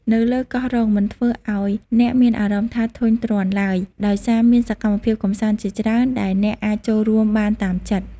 នៅលើកោះរ៉ុង មិនធ្វើឲ្យអ្នកមានអារម្មណ៍ថាធុញទ្រាន់ឡើយ ដោយសារមានសកម្មភាពកម្សាន្តជាច្រើនដែលអ្នកអាចចូលរួមបានតាមចិត្ត។